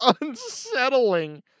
unsettling